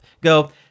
go